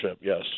yes